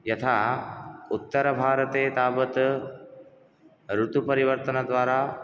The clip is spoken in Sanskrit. यथा उत्तर भारते तावत् ऋतु परिवर्तन द्वारा